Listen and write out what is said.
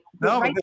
No